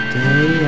day